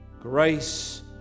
Grace